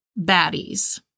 baddies